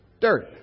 Dirt